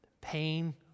Pain